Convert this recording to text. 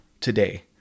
today